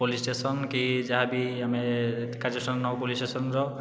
police station କି ଯାହାବି ଆମେ କାର୍ଯ୍ୟାନୁଷ୍ଠାନ ନେବୁ ପୋଲିସ ଷ୍ଟେସନର